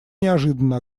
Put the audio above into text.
неожиданно